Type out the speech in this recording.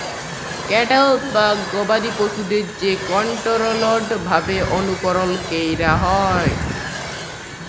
cattle বা গবাদি পশুদের যে কনটোরোলড ভাবে অনুকরল ক্যরা হয়